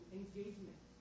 engagement